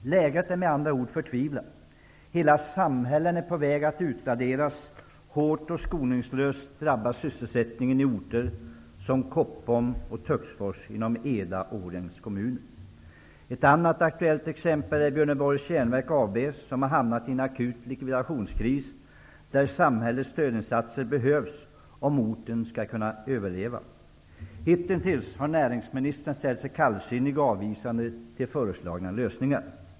Läget är med andra ord förtvivlat. Hela samhällen är på väg att utraderas. Hårt och skoningslöst drabbas sysselsättningen i orter som Koppom och Töcksfors inom Eda och Årjängs kommuner. Ett annat aktuellt exempel är Björneborgs Jernverk AB som har hamnat i en akut likvidationskris där samhällets stödinsatser behövs om orten skall kunna överleva. Hitintills har näringsministern ställt sig kallsinnig och avvisande till föreslagna lösningar.